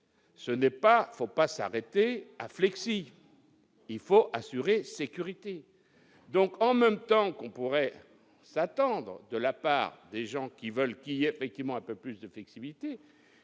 pas, faut pas s'arrêter Affleck si il faut assurer sécurité donc en même temps qu'on pourrait s'attendre de la part des gens qui veulent qu'il y a effectivement un peu plus de flexibilité,